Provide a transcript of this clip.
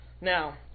Now